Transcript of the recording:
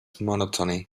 monotony